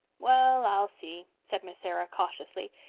well, i'll see, said miss sarah cautiously.